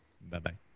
bye-bye